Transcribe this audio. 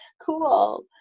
cool